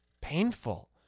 painful